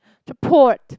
support